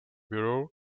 bureau